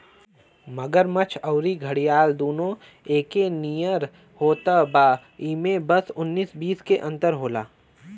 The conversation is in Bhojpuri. मगरमच्छ अउरी घड़ियाल दूनो एके नियर होत बा इमे बस उन्नीस बीस के अंतर होला